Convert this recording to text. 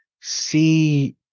see